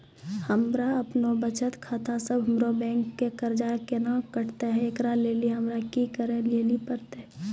हमरा आपनौ बचत खाता से हमरौ बैंक के कर्जा केना कटतै ऐकरा लेली हमरा कि करै लेली परतै?